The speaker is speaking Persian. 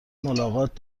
ملاقات